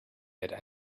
had